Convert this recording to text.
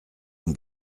ont